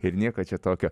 ir nieko čia tokio